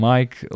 Mike